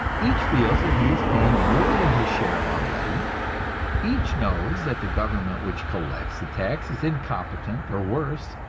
each feels that he is paying more than his share already each knows that the government which collects the tax is incompetent or worse.